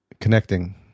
connecting